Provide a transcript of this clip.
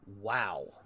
Wow